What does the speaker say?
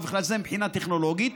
ובכלל זה מבחינה טכנולוגית,